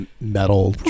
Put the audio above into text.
metal